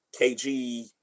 KG